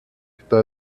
está